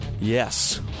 Yes